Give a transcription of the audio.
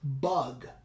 Bug